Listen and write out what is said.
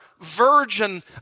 virgin